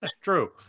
True